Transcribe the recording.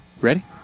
Ready